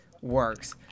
works